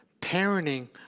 parenting